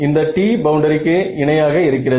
இந்த T பவுண்டரிக்கு இணையாக இருக்கிறது